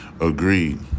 agreed